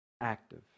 Active